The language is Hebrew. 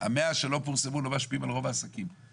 ה-100 שלא פורסמו לא משפיעים על רוב העסקים.